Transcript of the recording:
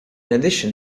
addition